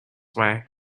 way